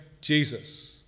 Jesus